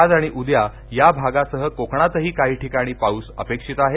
आज आणि उद्या या भागासह कोकणातही काही ठिकाणी पाऊस अपेक्षित आहे